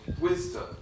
wisdom